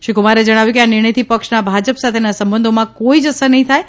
શ્રી કુમારે જણાવ્યું કે આ નિર્ણયથી પક્ષના ભાજપ સાથેના સંબંધોમાં કોઇ જ અસર નહીં થાય